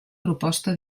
proposta